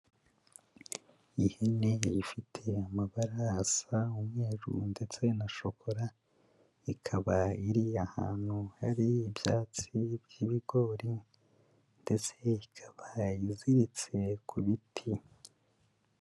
Ihene ifite amabara asa umweru ndetse na shokora, ikaba iri ahantu hari ibyatsi by'ibigori ndetse ikaba iziritse ku biti.